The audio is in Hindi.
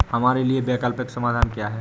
हमारे लिए वैकल्पिक समाधान क्या है?